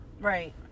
Right